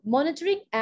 Monitoring